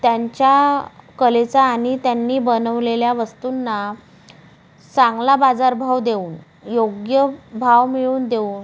त्यांच्या कलेचा आणि त्यांनी बनवलेल्या वस्तूंना सांगला बाजारभाव देऊन योग्य भाव मिळवून देऊ